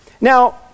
Now